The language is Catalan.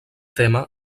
tema